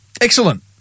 Excellent